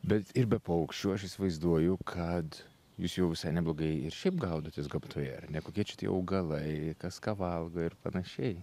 bet ir be paukščių aš įsivaizduoju kad jūs jau visai neblogai ir šiaip gaudotės gamtoje ar ne kokie čia tie augalai kas ką valgo ir panašiai